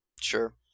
Sure